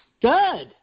Good